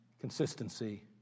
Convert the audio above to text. Consistency